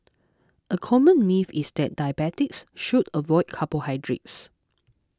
a common myth is that diabetics should avoid carbohydrates